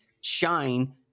shine